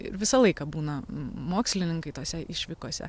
ir visą laiką būna mokslininkai tose išvykose